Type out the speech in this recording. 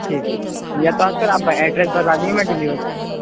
ٹھیک ہے سر یا تو آپ سر آپ ایڈریس بتا دیجیے میں ڈیلیور کر دیتا ہوں